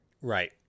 Right